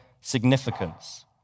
significance